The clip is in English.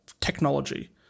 technology